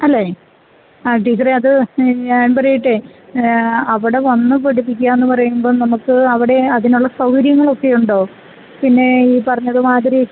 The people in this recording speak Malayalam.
അല്ലെ ആ ടീച്ചറെ അത് ഞാൻ പറയട്ടെ അവിടെ വന്നു പഠിപ്പിക്കുക എന്നു പറയുമ്പോള് നമുക്ക് അവിടെ അതിനുള്ള സൗകര്യങ്ങൾ ഒക്കെ ഉണ്ടോ പിന്നെ ഈ പറഞ്ഞതു മാതിരി